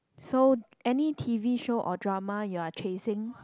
so any t_v show or drama you are chasing